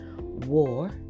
war